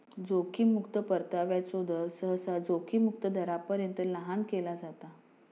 जोखीम मुक्तो परताव्याचो दर, सहसा जोखीम मुक्त दरापर्यंत लहान केला जाता